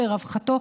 לרווחתו,